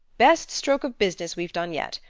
best stroke of business we've done yet.